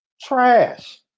trash